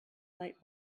light